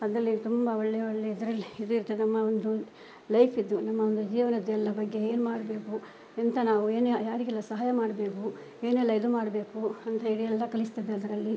ಅದ್ರಲ್ಲಿ ತುಂಬ ಒಳ್ಳೆ ಒಳ್ಳೆ ಇದರಲ್ಲಿ ಇದು ಇರ್ತದೆ ಒಂದು ಲೈಫಿದ್ದು ನಮ್ಮ ಒಂದು ಜೀವನದ್ದೆಲ್ಲ ಬಗ್ಗೆ ಏನು ಮಾಡಬೇಕು ಎಂತ ನಾವು ಏನು ಯಾರಿಗೆಲ್ಲ ಸಹಾಯ ಮಾಡಬೇಕು ಏನೆಲ್ಲ ಇದು ಮಾಡಬೇಕು ಅಂತ ಹೇಳಿ ಎಲ್ಲ ಕಲಿಸ್ತದೆ ಅದರಲ್ಲಿ